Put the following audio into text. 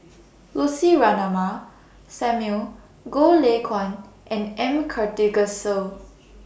Lucy Ratnammah Samuel Goh Lay Kuan and M Karthigesu